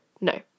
no